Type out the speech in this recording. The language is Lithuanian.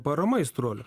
parama aistruolių